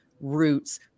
roots